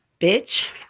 bitch